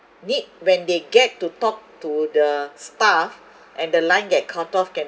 need when they get to talk to the staff and the line get cut off can